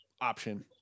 option